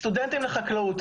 סטודנטים לחקלאות,